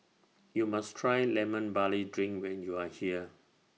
YOU must Try Lemon Barley Drink when YOU Are here